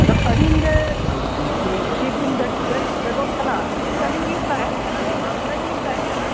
ᱟᱫᱚ ᱟᱹᱵᱤᱱ ᱜᱮ ᱛᱤᱥ ᱵᱤᱱ ᱵᱮᱜ ᱵᱮᱜᱚᱠ ᱠᱟᱱᱟ ᱟᱹᱞᱤᱧ ᱫᱚ ᱟᱹᱞᱤᱧ ᱫᱚᱞᱤᱧ ᱛᱟᱦᱮᱱ ᱠᱟᱱᱟ ᱟᱹᱞᱤᱢᱧ ᱚᱸᱰᱮ ᱜᱮᱞᱤᱧ ᱛᱟᱦᱮᱱ ᱠᱟᱱᱟ